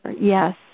Yes